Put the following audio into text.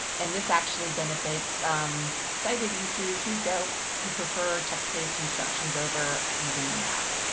and this actually benefits sighted users who don't who prefer text-based instructions over using a map.